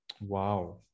Wow